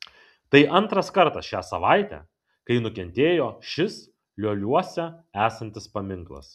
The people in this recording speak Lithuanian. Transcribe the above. tai antras kartas šią savaitę kai nukentėjo šis lioliuose esantis paminklas